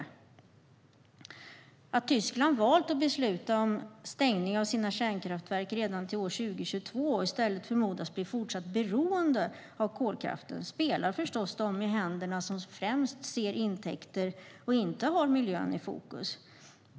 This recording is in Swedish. Att Tyskland valt att besluta om stängning av sina kärnkraftverk redan till år 2022 och i stället förmodas bli fortsatt beroende av kolkraften spelar förstås dem i händerna som främst ser intäkter och inte har miljön i fokus.